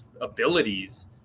abilities